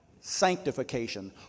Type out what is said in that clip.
Sanctification